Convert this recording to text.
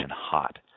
hot